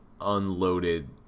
unloaded